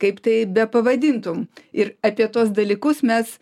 kaip tai bepavadintum ir apie tuos dalykus mes